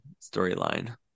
storyline